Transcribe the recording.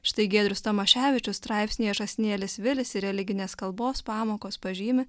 štai giedrius tamaševičius straipsnyje žąsinėlis vilis ir religinės kalbos pamokos pažymi